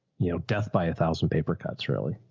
you know, death by a thousand paper cuts. really.